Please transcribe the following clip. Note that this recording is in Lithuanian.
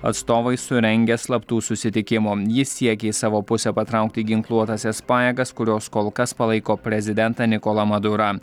atstovai surengę slaptų susitikimų jis siekia į savo pusę patraukti ginkluotąsias pajėgas kurios kol kas palaiko prezidentą nikolą madurą